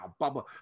Bubba